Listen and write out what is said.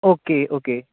okay okay